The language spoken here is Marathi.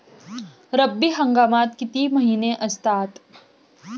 रब्बी हंगामात किती महिने असतात?